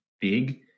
big